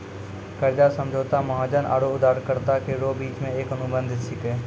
कर्जा समझौता महाजन आरो उदारकरता रो बिच मे एक अनुबंध छिकै